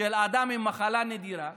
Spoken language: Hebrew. של אדם עם מחלה נדירה